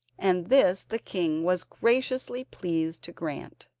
and this the king was graciously pleased to grant.